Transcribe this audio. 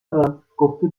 دارمگفته